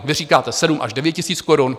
Vy říkáte 7 až 9 tisíc korun.